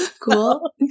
Cool